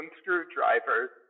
screwdrivers